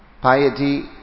piety